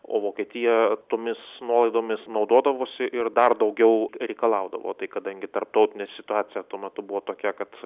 o vokietija tomis nuolaidomis naudodavosi ir dar daugiau reikalaudavo tai kadangi tarptautinė situacija tuo metu buvo tokia kad